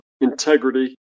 integrity